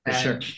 sure